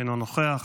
אינו נוכח.